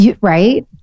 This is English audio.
Right